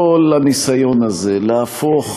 כל הניסיון הזה להפוך